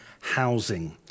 housing